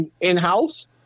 in-house